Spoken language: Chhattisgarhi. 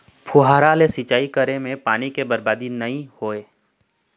फुहारा ले सिंचई करे म पानी के बरबादी नइ होवय